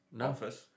office